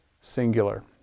singular